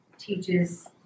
Teaches